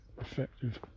effective